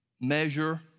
measure